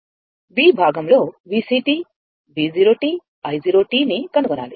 B భాగం లో VC V0 i0 ని కనుగొనాలి